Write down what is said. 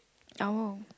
oh